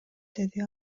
деди